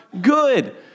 good